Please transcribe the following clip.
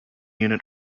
unit